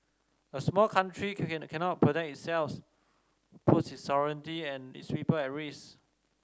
a small country cannot protect puts its sovereignty and its people at risk